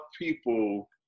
people